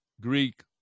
Greek